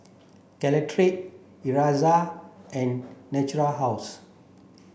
Caltrate Ezerra and Natura House